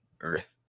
Earth